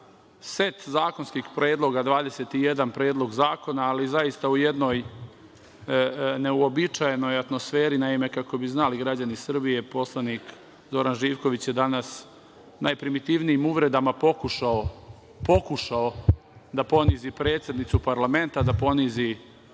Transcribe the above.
set zakonskih predloga, 21 predlog zakona, ali zaista u jednoj neuobičajenoj atmosferi. Naime, kako bi znali građani Srbije, poslanik Zoran Živković je danas najprimitivnijim uvredama pokušao da ponizi predsednicu parlamenta, da ponizi